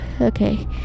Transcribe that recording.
Okay